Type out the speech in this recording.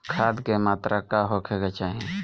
खाध के मात्रा का होखे के चाही?